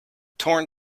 torn